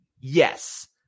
Yes